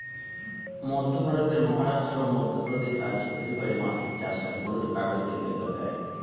মধ্য ভারতের মহারাষ্ট্র, মধ্যপ্রদেশ আর ছত্তিশগড়ে বাঁশের চাষ হয় মূলতঃ কাগজ শিল্পের দরকারে